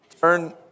Turn